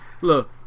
Look